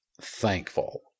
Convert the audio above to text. thankful